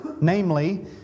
namely